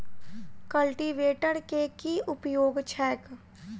Cultivator केँ की उपयोग छैक?